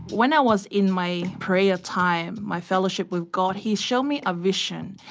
when i was in my prayer time my fellowship with god he showed me a vision.